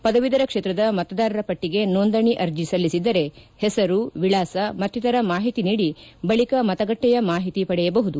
ಪದವೀಧರ ಕ್ಷೇತ್ರದ ಮತದಾರರ ಪಟ್ಟಿಗೆ ನೋಂದಣಿ ಅರ್ಜಿ ಸಲ್ಲಿಸಿದ್ದರೆ ಹೆಸರು ವಿಳಾಸ ಮತ್ತಿತರ ಮಾಹಿತಿ ನೀದಿ ಬಳಿಕ ಮತಗಟ್ಟೆಯ ಮಾಹಿತಿ ಪಡೆಯಬಹುದು